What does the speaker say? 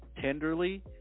tenderly